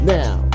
now